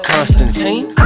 Constantine